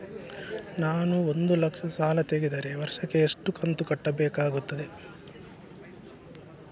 ನಾನು ಒಂದು ಲಕ್ಷ ಸಾಲ ತೆಗೆದರೆ ವರ್ಷಕ್ಕೆ ಎಷ್ಟು ಕಂತು ಕಟ್ಟಬೇಕಾಗುತ್ತದೆ?